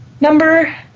Number